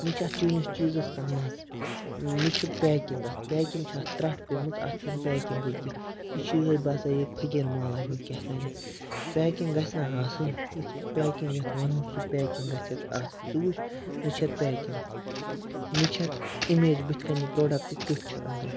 نہ چھِ اَتھ چٲنِس چیٖزَس کانٛہہ مَزٕ نہ چھِ پیکِںٛگ اَتھ پیکِنٛگ چھےٚ اَتھ ترٛٹھ پیٔمٕژ اَتھ چھَنہٕ پیکِنٛگٕے کینٛہہ یہِ چھِ یِہٕے باسان یِہٕے فٔکیٖر مالہ ہیوٗ کیٛاہ تھانٮ۪تھ پیکِنٛگ گژھِ نہ آسٕنۍ یُس پیکِنٛگ یَتھ وَنو سُہ پیکِنٛگ گژھِ یَتھ آسٕنۍ ژٕ وُچھ نہ چھِ یَتھ پیکِنٛگ نہ چھِ یَتھ اِمیج بٔتھۍ کَنۍ یہِ پرٛوڈکٹہٕ کیُتھ چھُ أنٛدرٕ